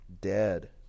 dead